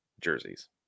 jerseys